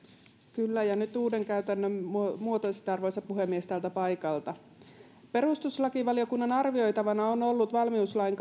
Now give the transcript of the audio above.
kyllä ja nyt uuden käytännön muotoisesti arvoisa puhemies täältä paikalta perustuslakivaliokunnan arvioitavana on ollut valmiuslain